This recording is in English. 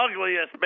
ugliest